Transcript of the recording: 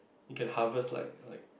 you can harvest like like